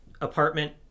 apartment